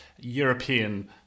European